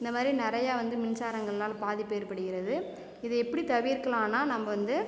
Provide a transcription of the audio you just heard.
இந்த மாரி நிறைய வந்து மின்சாரங்கள்லால் பாதிப்பு ஏற்படுகிறது இதை எப்படி தவிர்க்கலான்னா நம்ப வந்து